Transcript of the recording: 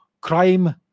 crime